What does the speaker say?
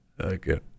Okay